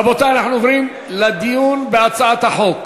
רבותי, אנחנו עוברים לדיון בהצעת החוק.